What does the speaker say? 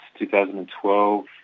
2012